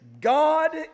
God